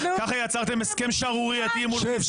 ככה יצרתם הסכם שערורייתי מול חיזבאללה בלבנון -- שב,